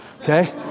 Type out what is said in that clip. okay